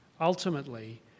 Ultimately